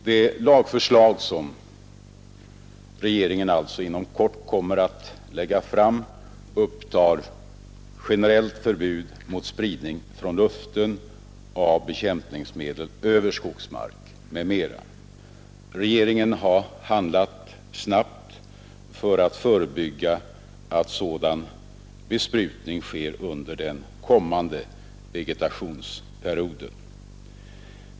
Det lagförslag som regeringen alltså inom kort kommer att lägga fram upptar generellt förbud mot spridning från luften av bekämpningsmedel över skogsmark m.m. Regeringen har handlat snabbt för att förebygga att sådan besprutning sker under den kommande vegetationsperioden.